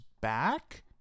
back